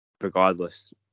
regardless